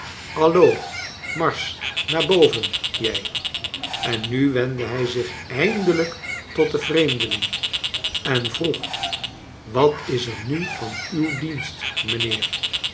allo marsch naar boven jij en nu wendde hij zich eindelijk tot den vreemdeling en vroeg wat is er nu van uw dienst mijnheer